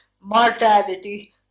mortality